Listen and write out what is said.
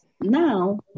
now